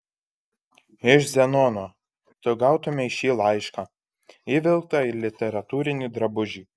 iš zenono tu gautumei šį laišką įvilktą į literatūrinį drabužį